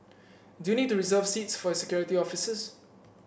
do you need to reserve seats for his security officers